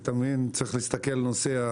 ותמיד צריך להסתכל על נושא,